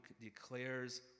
declares